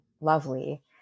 lovely